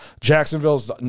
Jacksonville's